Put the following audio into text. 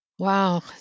Wow